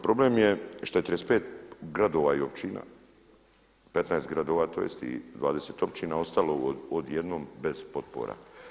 Problem je šta je 35 gradova i općina, 15 gradova to jest i 20 općina ostalo odjednom bez potpora.